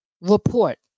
report